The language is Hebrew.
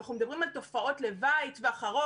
אנחנו מדברים על תופעות לוואי לטווח ארוך.